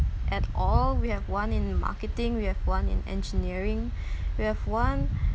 at all we have one in marketing we have one in engineering we have one